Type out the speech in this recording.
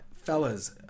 Fellas